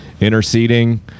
interceding